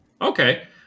Okay